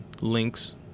links